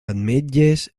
ametlles